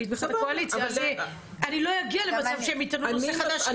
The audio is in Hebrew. אני לא אגיע למצב שהם יטענו נושא חדש.